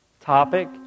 topic